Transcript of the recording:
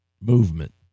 movement